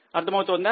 అర్థమవుతుందా